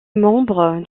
membre